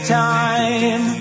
time